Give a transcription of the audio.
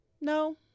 no